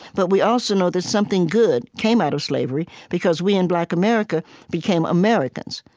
but we also know that something good came out of slavery, because we in black america became americans,